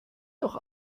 doch